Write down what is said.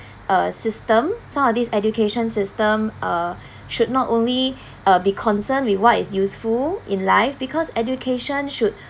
uh system some of these education system uh should not only uh be concerned with what is useful in life because education should